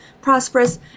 prosperous